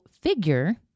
figure